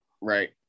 right